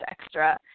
extra